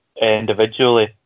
individually